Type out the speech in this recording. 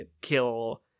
kill